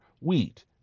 wheat